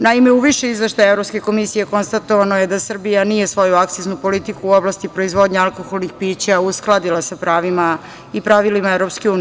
Naime, u više izveštaja Evropske komisije konstatovano je da Srbija nije svoju akciznu politiku u oblasti proizvodnje alkoholnih pića uskladila sa pravima i pravilima EU.